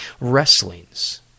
wrestlings